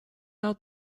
out